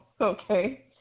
okay